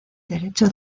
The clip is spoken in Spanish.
derecho